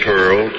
Pearl